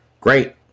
great